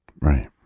Right